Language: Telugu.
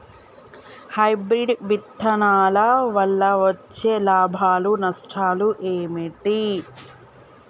హైబ్రిడ్ విత్తనాల వల్ల వచ్చే లాభాలు నష్టాలు ఏమిటి?